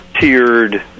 tiered